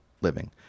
living